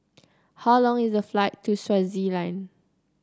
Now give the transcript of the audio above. how long is the flight to Swaziland